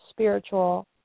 spiritual